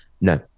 No